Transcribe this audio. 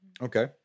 Okay